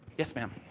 yes, ma'am.